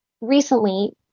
recently